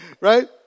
Right